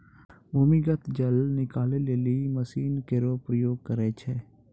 भूमीगत जल निकाले लेलि मसीन केरो प्रयोग करै छै